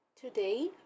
Today